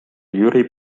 jüri